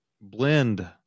blend